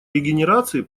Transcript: регенерации